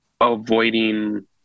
avoiding